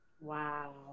wow